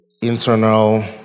internal